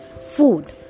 food